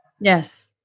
yes